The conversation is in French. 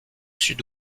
sud